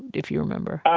if you remember?